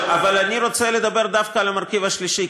אבל אני רוצה לדבר דווקא על המרכיב השלישי,